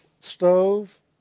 stove